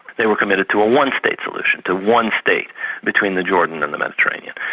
they were committed to a one-state solution, to one state between the jordan and the mediterranean.